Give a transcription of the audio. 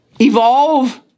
evolve